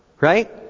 Right